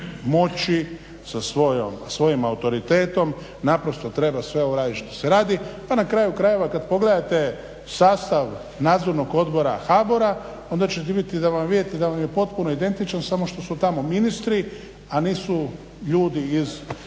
moći sa svojim autoritetom sve ovo raditi što se radi, pa na kraju krajeva kada pogledate sastav nadzornog odbora HBOR-a onda ćete vidjeti da vam je potpuno identičan samo što su tamo ministri a nisu ljudi iz tih